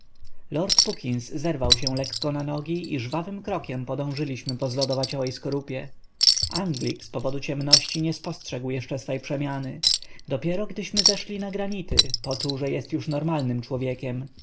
lord puckins zerwał się lekko na nogi i żwawym krokiem podążyliśmy po zlodowaciałej skorupie anglik z powodu ciemności nie spostrzegł jeszcze swej przemiany dopiero gdyśmy zeszli na granity poczuł że jest już normalnym człowiekiem